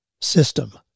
system